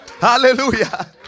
Hallelujah